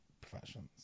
professions